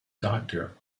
doctor